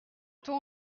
ton